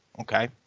okay